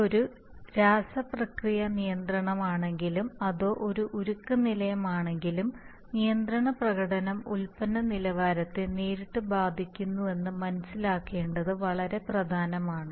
ഇത് ഒരു രാസ പ്രക്രിയ നിയന്ത്രണം ആണെങ്കിലും അതോ ഒരു ഉരുക്ക് നിലയം ആണെങ്കിലും നിയന്ത്രണ പ്രകടനം ഉൽപ്പന്ന ഗുണനിലവാരത്തെ നേരിട്ട് ബാധിക്കുന്നുവെന്ന് മനസ്സിലാക്കേണ്ടത് വളരെ പ്രധാനമാണ്